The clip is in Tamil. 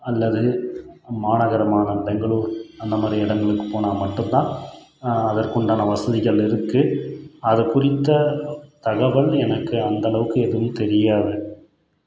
அல்லது மாநகரமான பெங்களூர் அந்தமாதிரி இடங்களுக்கு போனால் மட்டும்ந்தான் அதற்குவுண்டான வசதிகள் இருக்குது அதை குறித்து தகவல் எனக்கு அந்தளவிற்கு எதுவும் தெரியாது